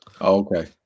okay